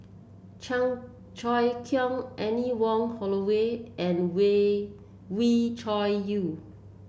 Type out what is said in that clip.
Chan Choy Siong Anne Wong Holloway and Wee Wee Cho Yaw